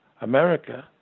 America